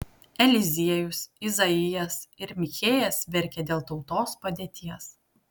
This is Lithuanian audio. eliziejus izaijas ir michėjas verkė dėl tautos padėties